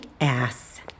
ass